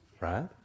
Right